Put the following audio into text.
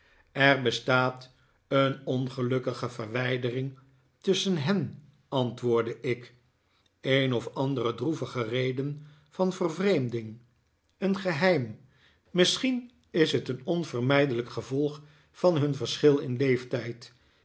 er bestaat een ongelukkige verwijdering tusschen hen antwoordde ik een of andere droevige reden van vervreemding een geheim misschien is het een onvermijdelijk gevolg van hun verschil in leeftijd